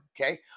Okay